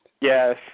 Yes